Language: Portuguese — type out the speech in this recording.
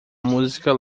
música